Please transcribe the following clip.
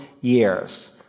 years